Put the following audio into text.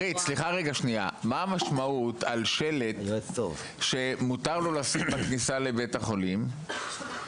מה המשמעות על שלט שמותר לו לשים בכניסה לבית החולים